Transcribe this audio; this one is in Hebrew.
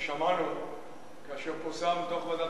שנשמעו בציבור כאשר פורסם הדוח של הוועדה